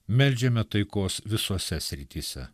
meldžiame taikos visose srityse